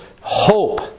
hope